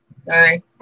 Sorry